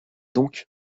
donc